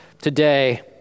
today